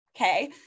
Okay